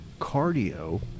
cardio